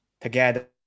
together